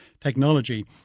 technology